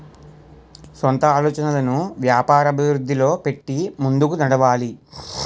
సొంత ఆలోచనలను వ్యాపార అభివృద్ధిలో పెట్టి ముందుకు నడవాలి